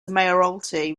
mayoralty